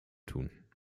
tun